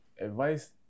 Advice